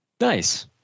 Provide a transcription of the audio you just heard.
Nice